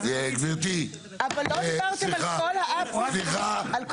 גברתי, שנייה.